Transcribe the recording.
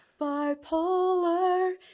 bipolar